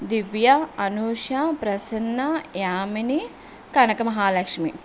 Divya Anusha Prasanna Yamini Kanakamahalakshmi